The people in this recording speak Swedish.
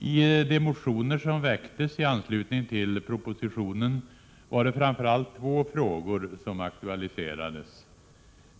I de motioner som väcktes i anslutning till propositionen var det framför allt två frågor som aktualiserades.